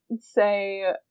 say